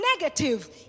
Negative